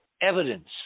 evidence